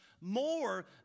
more